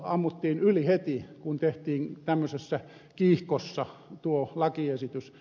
ammuttiin yli heti kun tehtiin tämmöisessä kiihkossa tuo lakiesitys